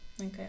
Okay